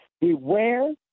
beware